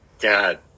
God